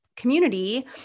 community